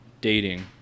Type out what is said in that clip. dating